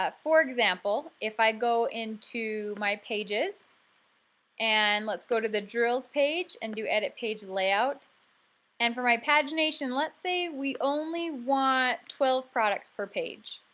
ah for example, if i go into my pages and let's go to the drills page and do edit page layout and for my pagination let's say we only want twelve products per page.